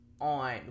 on